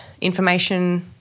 information